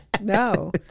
No